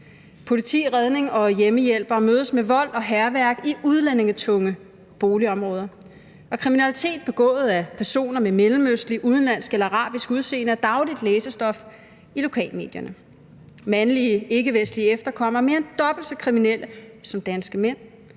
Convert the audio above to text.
Politi, redning og hjemmehjælpere mødes med vold og hærværk i udlændingetunge boligområder, og kriminalitet begået af personer med mellemøstlig, udenlandsk eller arabisk udseende er dagligt læsestof i lokalmedierne. Mandlige ikkevestlige efterkommere er mere end dobbelt så kriminelle som danske mænd.